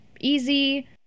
easy